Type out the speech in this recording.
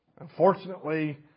Unfortunately